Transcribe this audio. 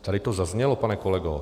Tady to zaznělo, pane kolego.